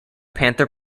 panther